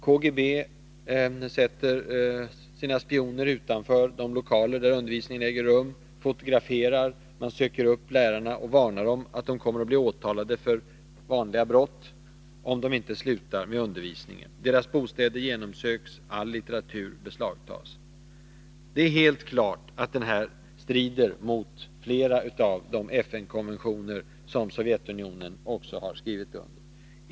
KGB sätter sina spioner utanför de lokaler där undervisning äger rum, fotograferar och söker upp lärarna och varnar dem att de kommer att bli åtalade för vanliga brott om de inte slutar med undervisningen. Deras bostäder genomsöks, och all litteratur tas ifrån dem. Det är helt klart att detta strider mot flera av de FN-konventioner som också Sovjetunionen har skrivit under.